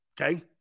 Okay